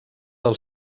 del